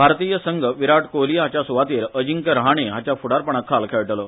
भारतीय संघ विराट कोहली हाच्या सुवातेर अजिंक्य रहाणे हाच्या फुडारपणाखाल खेळटलो